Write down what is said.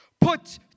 Put